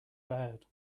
bad